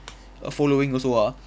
following also ah